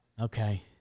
Okay